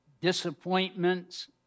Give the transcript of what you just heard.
disappointments